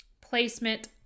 placement